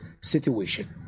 situation